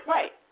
Right